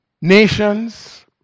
nations